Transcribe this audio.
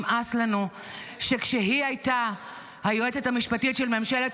נמאס לנו שכשהיא הייתה היועצת המשפטית של ממשלת